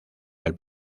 del